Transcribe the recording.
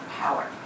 power